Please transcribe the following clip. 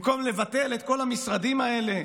במקום לבטל את כל המשרדים האלה,